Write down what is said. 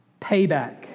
payback